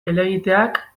helegiteak